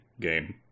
game